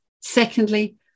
Secondly